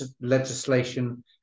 legislation